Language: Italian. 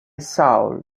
soul